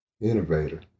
Innovator